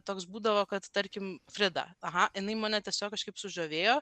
toks būdavo kad tarkim frida aha jinai mane tiesiog kažkaip sužavėjo